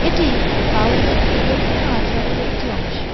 এটি বাউলদের ধর্মীয় আচারের একটি অংশ